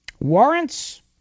warrants